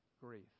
grief